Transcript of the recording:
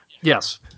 Yes